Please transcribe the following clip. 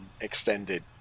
extended